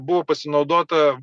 buvo pasinaudota